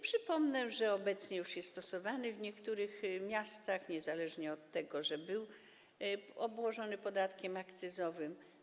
Przypomnę, że obecnie jest on już stosowany w niektórych miastach, niezależnie od tego, że był obłożony podatkiem akcyzowym.